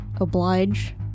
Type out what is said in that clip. oblige